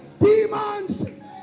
Demons